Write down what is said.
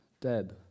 dead